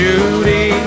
Judy